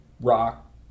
rock